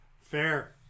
Fair